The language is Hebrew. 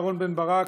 אהרון בן ברק,